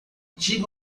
diga